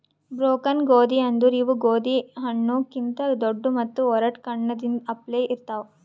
broken ಗೋದಿ ಅಂದುರ್ ಇವು ಗೋದಿ ಹಣ್ಣು ಕಿಂತ್ ದೊಡ್ಡು ಮತ್ತ ಒರಟ್ ಕಣ್ಣಗೊಳ್ ಅಪ್ಲೆ ಇರ್ತಾವ್